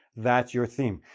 that's your theme.